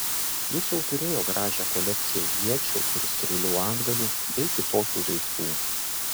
jis jau turėjo gražią kolekciją iečių ir strėlių antgalių bei kitokių daiktų